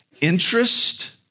interest